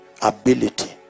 ability